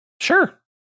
sure